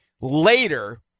later